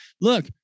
look